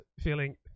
feeling